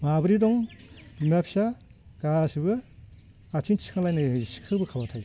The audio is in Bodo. माब्रै दं बिमा फिसा गासिबो आथिं थिखांलायनो सिखो बोखाबाथाय